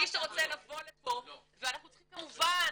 מי שרוצה לבוא לפה ואנחנו צריכים כמובן